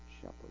shepherd